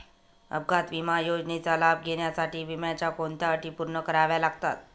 अपघात विमा योजनेचा लाभ घेण्यासाठी विम्याच्या कोणत्या अटी पूर्ण कराव्या लागतात?